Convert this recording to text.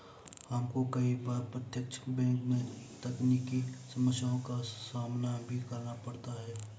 हमको कई बार प्रत्यक्ष बैंक में तकनीकी समस्याओं का सामना भी करना पड़ता है